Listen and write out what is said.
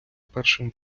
першим